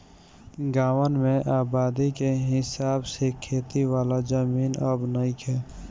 गांवन में आबादी के हिसाब से खेती वाला जमीन अब नइखे